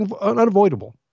unavoidable